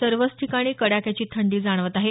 सर्वच ठिकाणी कडाक्याची थंडी जाणवत आहे